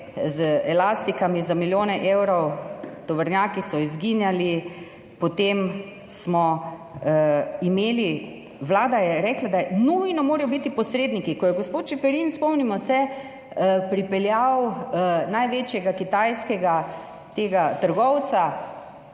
z elastikami za milijone evrov, tovornjaki so izginjali, potem smo imeli, ker je vlada rekla, da morajo biti nujno posredniki, ko je gospod Čeferin, spomnimo se, pripeljal od največjega kitajskega trgovca